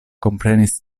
komprenis